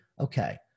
okay